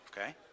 Okay